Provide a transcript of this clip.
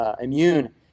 Immune